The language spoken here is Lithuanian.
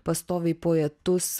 pastoviai poetus